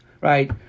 right